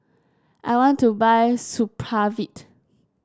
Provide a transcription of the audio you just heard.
I want to buy Supravit